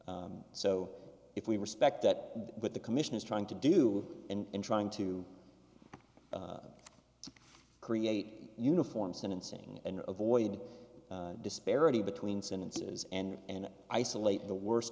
so if we respect that but the commission is trying to do and trying to create uniform sentencing and avoid the disparity between sentences and isolate the worst